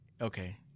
okay